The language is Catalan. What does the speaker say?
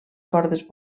cordes